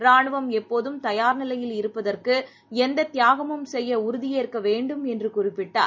ராணுவம் எப்போதும் தயார் நிலையில் இருப்பதற்குஎந்ததியாகமும் செய்யஉறுதியேற்கவேண்டும் என்றுகுறிப்பிட்டார்